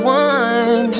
one